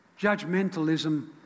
Judgmentalism